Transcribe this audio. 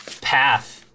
path